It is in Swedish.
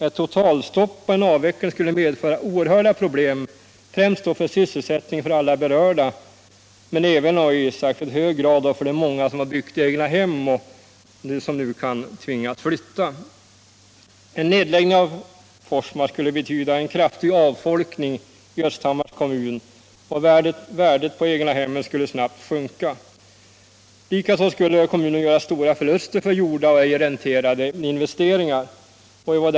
Ett totalstopp och en avveckling skulle medföra oerhörda problem, främst för sysselsättningen för alla berörda men även och i särskilt hög grad Nr 25 för de många som har byggt egnahem och som nu kan tvingas flytta. Torsdagen den En nedläggning av Forsmark skulle betyda en kraftig avfolkning i Öst 11 november 1976 hammars kommun, och värdet på egnahemmen skulle snabbt sjunka. Likaså skulle kommunen göra stora förluster för gjorda och ej ränterade Om den framtida investeringar.